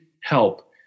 help